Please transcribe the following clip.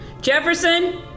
Jefferson